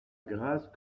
grâce